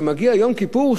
וכשמגיע יום כיפור,